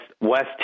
West